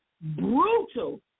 brutal